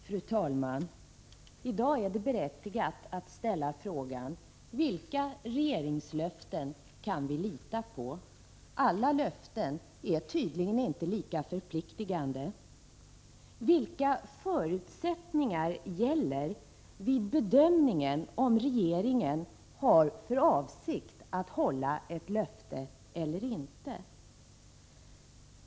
Fru talman! I dag är det berättigat att ställa frågan: Vilka regeringslöften kan vi lita på? Alla löften är tydligen inte lika förpliktigande. Vilka förutsättningar gäller vid bedömningen om regeringen har för avsikt att hålla ett löfte eller inte?